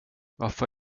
varför